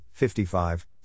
55